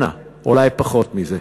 שנה, אולי פחות מזה.